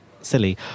silly